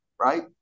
right